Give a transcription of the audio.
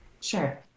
Sure